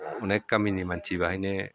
अनेक गामिनि मानसि बाहायनो